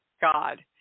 God